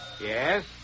Yes